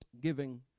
giving